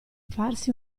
farsi